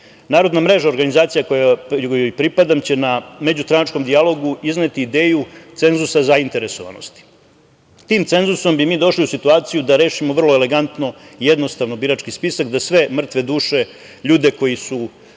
spiska. Narodna mreža organizacije kojoj pripadam će na međustranačkom dijalogu izneti ideju cenzusa zainteresovanosti. Tim cenzusom bi mi došli u situaciju da rešimo vrlo elegantno i jednostavno birački spisak, i da sve mrtve duše, ljudi koji su